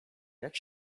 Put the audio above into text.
jak